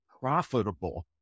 profitable